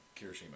Kirishima